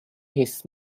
his